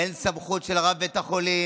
אין סמכות של רב בית החולים.